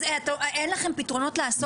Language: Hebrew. אין לכם פתרונות לעשות עם זה?